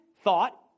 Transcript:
thought